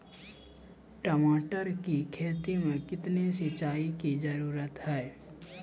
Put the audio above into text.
टमाटर की खेती मे कितने सिंचाई की जरूरत हैं?